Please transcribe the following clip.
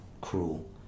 cruel